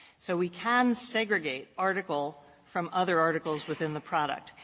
so we can segregate article from other articles within the product.